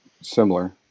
similar